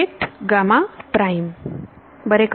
बरे का